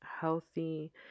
healthy